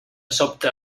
sobte